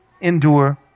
endure